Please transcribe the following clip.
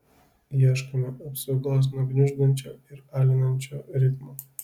ieškome apsaugos nuo gniuždančio ir alinančio ritmo